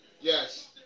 yes